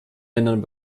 ländern